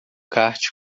kart